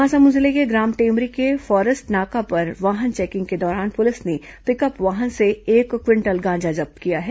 महासमुंद जिले के ग्राम टेमरी के फॉरेस्ट नाका पर वाहन चेकिंग के दौरान पुलिस ने पिकअप वाहन से एक क्विंटल गांजा जब्त किया है